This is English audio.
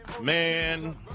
Man